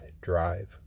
drive